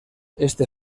este